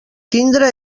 tindre